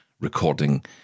recording